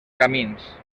camins